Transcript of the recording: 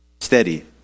steady